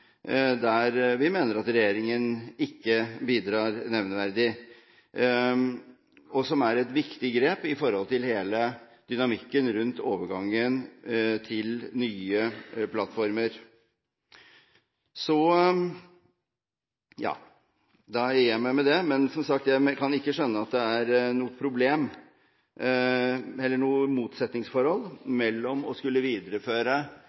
der vi mener at regjeringen ikke bidrar nevneverdig, og et viktig grep når det gjelder hele dynamikken rundt overgangen til nye plattformer. Jeg gir meg med det. Men jeg kan som sagt ikke skjønne at det er noe motsetningsforhold mellom på den ene siden å skulle videreføre